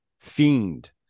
fiend